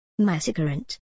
massacrant